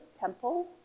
temple